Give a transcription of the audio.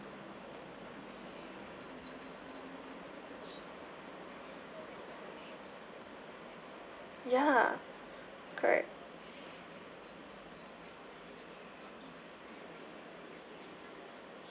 ya correct